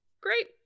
Great